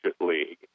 league